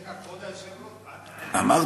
רגע, כבוד היושב-ראש, זה הנושא?